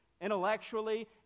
intellectually